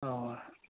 ᱚ